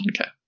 okay